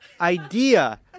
idea